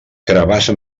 carabassa